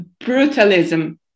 Brutalism